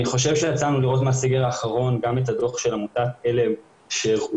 אני חושב שאחרי הסגר האחרון ראינו גם את הדוח של עמותת על"ם שהראה